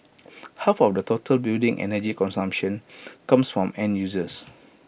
half of the total building energy consumption comes from end users